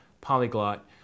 Polyglot